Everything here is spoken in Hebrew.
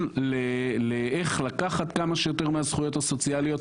לאיך לקחת כמה שיותר מהזכויות הסוציאליות,